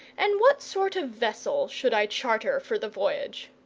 and what sort of vessel should i charter for the voyage?